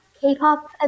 K-pop